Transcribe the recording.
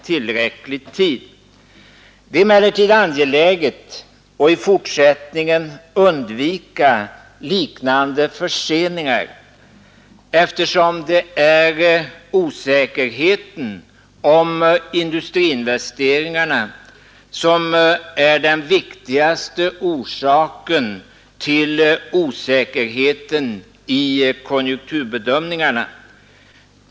Det är emellertid angeläget att i fortsättningen undvika liknande förseningar, eftersom det är osäkerheten om industriinvesteringarna som är den viktigaste orsaken till osäkerheten i konjunkturbedömningarna.